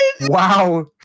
Wow